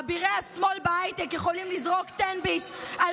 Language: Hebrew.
אבירי השמאל בהייטק יכולים לזרוק "תן ביס" על